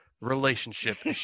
relationship